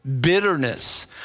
bitterness